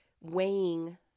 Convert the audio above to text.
weighing